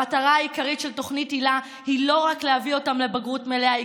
המטרה העיקרית של תוכנית היל"ה היא לא רק להביא אותם לבגרות מלאה,